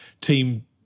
team